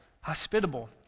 hospitable